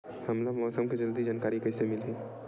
हमला मौसम के जल्दी जानकारी कइसे मिलही?